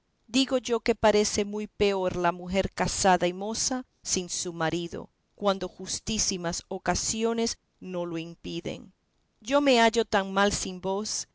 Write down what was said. digo yo que parece muy peor la mujer casada y moza sin su marido cuando justísimas ocasiones no lo impiden yo me hallo tan mal sin vos